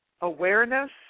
awareness